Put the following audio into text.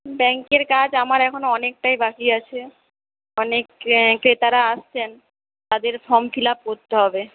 ব্যাংকের কাজ আমার এখনও অনেকটাই বাকি আছে অনেক ক্রেতারা আসছেন তাদের ফর্ম ফিল আপ করতে হবে